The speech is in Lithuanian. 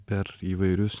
per įvairius